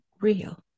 real